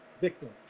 victims